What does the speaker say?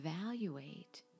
evaluate